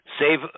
save